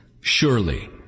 surely